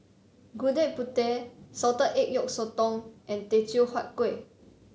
Gudeg Putih Salted Egg Yolk Sotong and Teochew Huat Kueh